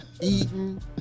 eating